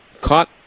caught